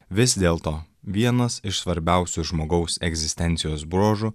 vis dėl to vienas iš svarbiausių žmogaus egzistencijos bruožų